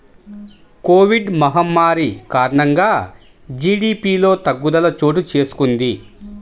Covid మహమ్మారి కారణంగా జీడీపిలో తగ్గుదల చోటుచేసుకొంది